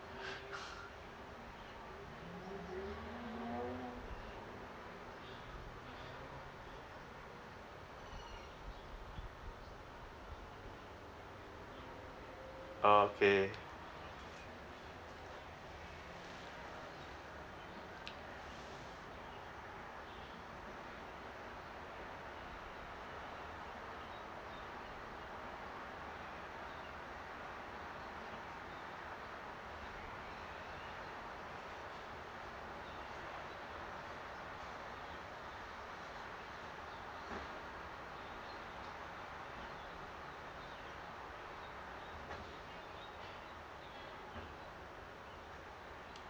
okay